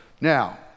Now